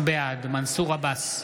בעד מנסור עבאס,